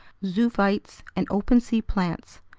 zoophytes, and open-sea plants.